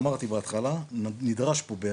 אמרתי בהתחלה, נדרש פה,